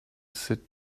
sit